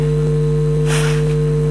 ברכות והצלחה.